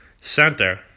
Center